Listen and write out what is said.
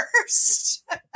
first